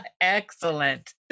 Excellent